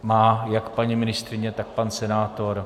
má jak paní ministryně, tak pan senátor.